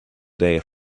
their